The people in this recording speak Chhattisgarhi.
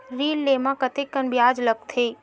ऋण ले म कतेकन ब्याज लगथे?